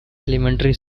elementary